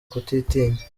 kutitinya